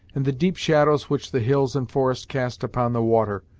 and the deep shadows which the hills and forest cast upon the water,